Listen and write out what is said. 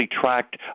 tracked